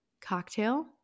cocktail